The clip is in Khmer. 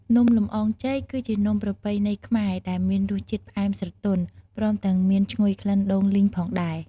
នំលម្អងចេក គឺជានំប្រពៃណីខ្មែរដែលមានរសជាតិផ្អែមស្រទន់ ព្រមទាំងមានឈ្ងុយក្លិនដូងលីងផងដែរ។